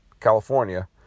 California